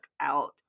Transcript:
out